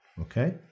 Okay